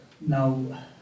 Now